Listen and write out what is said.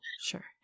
Sure